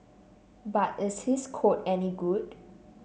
but is his code any good